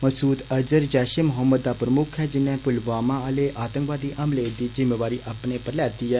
मसूद अज़हर जैषे मोहम्मद दा प्रमुक्ख ऐ जिन्नै पुलवामा आले आतंकवादी हमले दी जुम्मेवारी अपने पर लैती ऐ